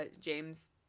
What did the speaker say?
James